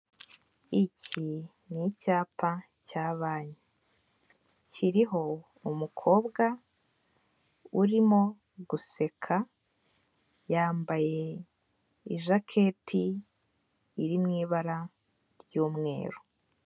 Iki ni icyapa cya banki, kiriho umukobwa urimo guseka yambaye ijaketi iri mu ibara ry'umweru.